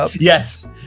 Yes